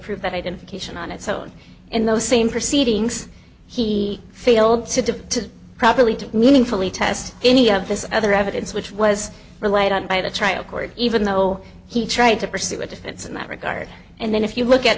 prove that identification on its own in those same proceedings he failed to properly to meaningfully test any of this other evidence which was relied on by the trial court even though he tried to pursue a defense in that regard and then if you look at